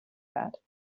bad